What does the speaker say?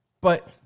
But-